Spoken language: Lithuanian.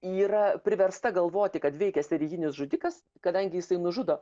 yra priversta galvoti kad veikia serijinis žudikas kadangi jisai nužudo